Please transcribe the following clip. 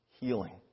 healing